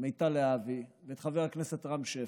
מיטל להבי ואת חבר הכנסת רם שפע,